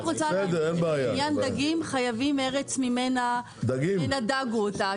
רק לעניין דגים חייבים ארץ מהמים שדגו אותם.